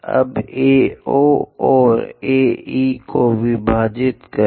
अब AO और AE को विभाजित करें